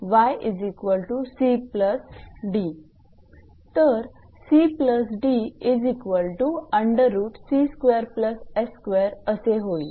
तर असे होईल